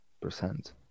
percent